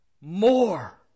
more